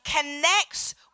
connects